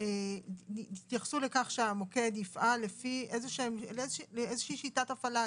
תתייחסו לכך שהמוקד יפעל לפי איזושהי שיטת הפעלה,